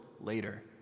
later